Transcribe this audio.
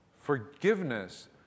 forgiveness